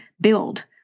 build